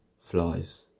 flies